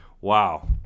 Wow